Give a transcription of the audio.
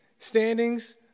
standings